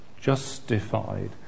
justified